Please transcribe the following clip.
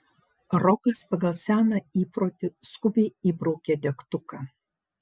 rokas pagal seną įprotį skubiai įbraukė degtuką